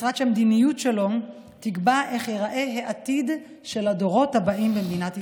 משרד שהמדיניות שלו תקבע איך ייראה העתיד של הדורות הבאים במדינת ישראל.